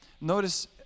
Notice